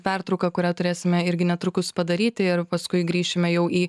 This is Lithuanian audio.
pertrauką kurią turėsime irgi netrukus padaryti ir paskui grįšime jau į